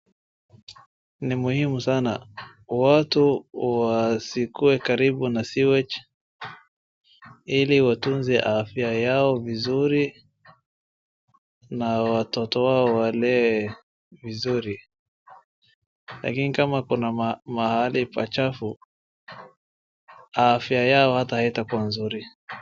Ni muhimu sana watu wasikue karibu na siweji, ili watunze afya yao mizuri na watoto wao walee mizuri. Lakini kama kuna mahali pachafu, afya yao hata haitakuwa mzuri.